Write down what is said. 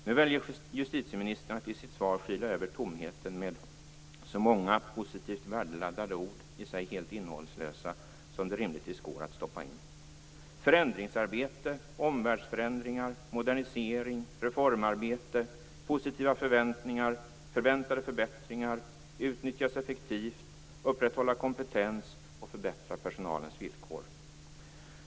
Nu väljer justitieministern i sitt svar att skyla över tomheten med så många positivt värdeladdade ord - i sig helt innehållslösa - som det rimligtvis går att stoppa in, t.ex.: "förändringsarbete", "omvärldsförändringar", "modernisering", "reformarbete", "positiva förväntningar", "förväntade förbättringar", "utnyttjas effektivt", "upprätthålla kompetens" och "förbättra personalens villkor".